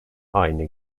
aynı